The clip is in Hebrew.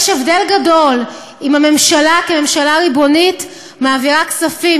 יש הבדל גדול אם הממשלה כממשלה ריבונית מעבירה כספים,